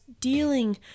dealing